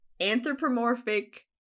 anthropomorphic